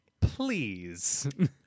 Please